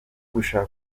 gushaka